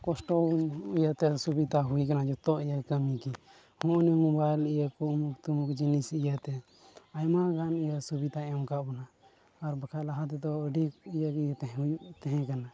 ᱠᱚᱥᱴᱚ ᱤᱭᱟᱹᱛᱮ ᱥᱩᱵᱤᱫᱟ ᱦᱩᱭ ᱠᱟᱱᱟ ᱡᱚᱛᱚ ᱤᱭᱟᱹ ᱠᱟᱹᱢᱤ ᱜᱮ ᱦᱚᱜ ᱱᱚᱭ ᱢᱳᱵᱟᱭᱤᱞ ᱤᱭᱟᱹ ᱠᱚ ᱩᱢᱩᱠ ᱛᱩᱢᱩᱠ ᱡᱤᱱᱤᱥ ᱤᱭᱟᱹᱛᱮ ᱟᱭᱢᱟ ᱜᱟᱱ ᱤᱭᱟᱹ ᱥᱩᱵᱤᱫᱟᱭ ᱮᱢ ᱠᱟᱫ ᱵᱚᱱᱟ ᱟᱨ ᱵᱟᱠᱷᱟᱱ ᱞᱟᱦᱟ ᱛᱮᱫᱚ ᱟᱹᱰᱤ ᱤᱭᱟᱹ ᱜᱮ ᱛᱟᱦᱮᱸ ᱦᱩᱭᱩᱜ ᱛᱟᱦᱮᱸ ᱠᱟᱱᱟ